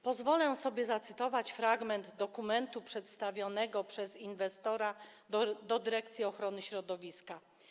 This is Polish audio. Pozwolę sobie zacytować fragment dokumentu przedstawionego przez inwestora do dyrekcji ochrony środowiska: